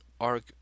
arc